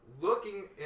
looking